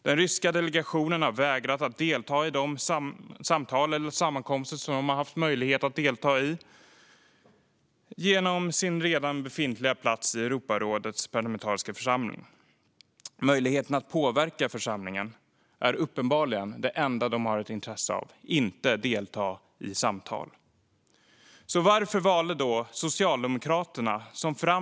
Den ryska delegationen har vägrat att delta i de samtal eller sammankomster som de haft en möjlighet att delta i genom sin redan befintliga plats i Europarådets parlamentariska församling. Det är uppenbart att möjligheten att påverka församlingen är det enda de har intresse av, inte att delta i samtal. Varför valde då Socialdemokraterna att plötsligt stödja Ryssland?